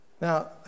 Now